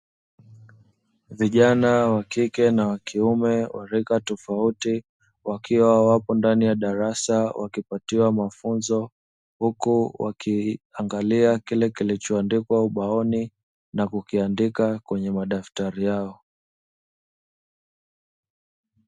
Vijana wa kike na wa kiume, wa rika tofauti wakiwa. Wapo ndani ya darasa wakipatiwa mafunzo, huku wakiangalia kile kilichoandikwa ubaoni na kukiandika kwenye madaftari yao.